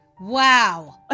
Wow